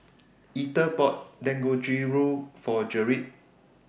Ether bought Dangojiru For Gerrit